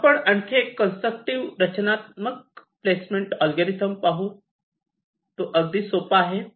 आपण आणखी एक कन्स्ट्रक्टिव्ह रचनात्मक प्लेसमेंट अल्गोरिदम पाहू तो अगदी सोपा आहे